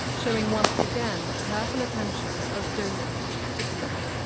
showing once again, the careful attention of donor to recipient,